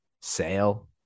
Sale